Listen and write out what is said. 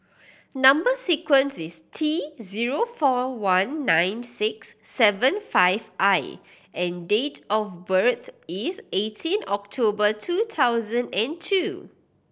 number sequence is T zero four one nine six seven five I and date of birth is eighteen October two thousand and two